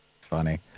funny